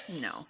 No